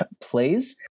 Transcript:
plays